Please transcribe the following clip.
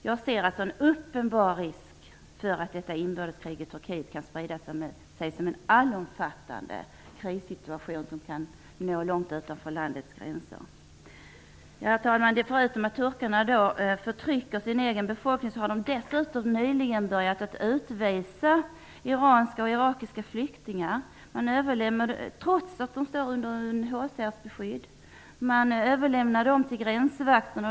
Jag ser alltså en uppenbar risk för att detta inbördeskrig i Turkiet kan sprida sig som en allomfattande krissituation som kan nå långt utanför landets gränser. Herr talman! Förutom att turkarna förtrycker sin egen befolkning har de dessutom nyligen börjat utvisa iranska och irakiska flyktingar, trots att de står under UNHCR:s beskydd. Man överlämnar dem till gränsvakterna.